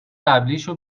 قبلیشو